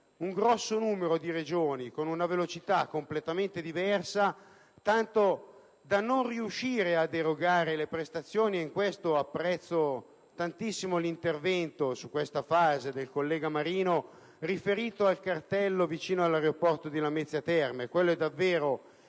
un gran numero di Regioni con una velocità completamente diversa, tanto da non riuscire ad erogare prestazioni. Al riguardo apprezzo tantissimo l'intervento del collega Marino riferito al cartello vicino all'aeroporto di Lamezia Terme. Quello è davvero